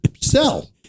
sell